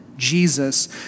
Jesus